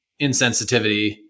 insensitivity